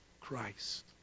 Christ